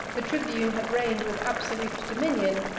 the tribune had reigned with absolute dominion,